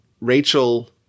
Rachel